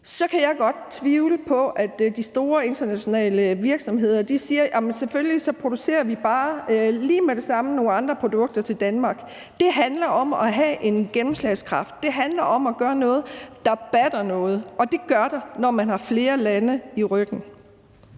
så kan jeg godt tvivle på, at de store internationale virksomheder vil sige, at de selvfølgelig bare lige med det samme laver nogle andre produkter til Danmark. Det handler om at have en gennemslagskraft. Det handler om at gøre noget, der batter noget, og det gør det, når man har flere lande i ryggen.